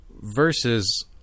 Versus